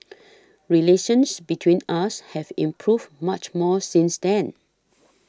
relations between us have improved much more since then